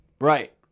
Right